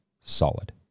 solid